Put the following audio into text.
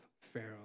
Pharaoh